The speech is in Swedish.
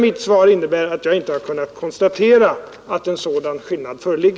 Mitt svar innebär att jag inte har kunnat konstatera att en sådan skillnad föreligger.